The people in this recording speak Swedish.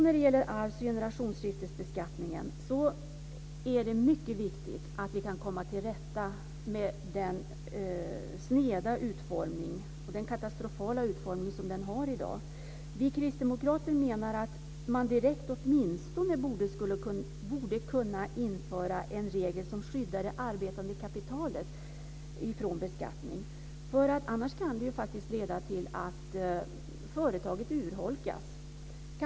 När det gäller arvs och generationsskiftesbeskattningen är det mycket viktigt att vi kan komma till rätta med den katastrofala utformning som den har i dag. Vi kristdemokrater anser att man direkt borde kunna införa en regel som skyddar det arbetande kapitalet från beskattning. Annars finns det risk för att företaget urholkas.